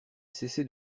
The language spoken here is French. cessé